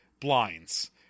blinds